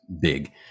big